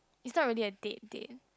is not really a date date